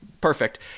Perfect